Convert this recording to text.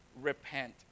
repent